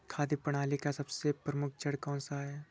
खाद्य प्रणाली का सबसे प्रमुख चरण कौन सा है?